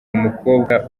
umukobwa